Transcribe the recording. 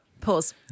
pause